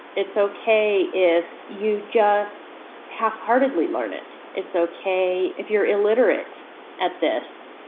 it's okay if you just half-heartedly learn it it's okay if you're illiterate at this.